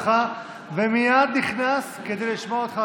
עלי סלאלחה שמע את קולך ומייד נכנס כדי לשמוע אותך,